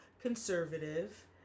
conservative